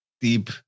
deep